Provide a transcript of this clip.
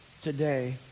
today